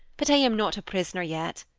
but i am not a prisoner yet.